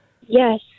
Yes